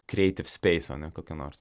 kreitiv speiso ane kokio nors